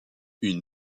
une